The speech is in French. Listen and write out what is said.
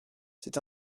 c’est